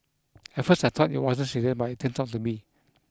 at first I thought it wasn't serious but it turned out to be